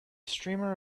streamer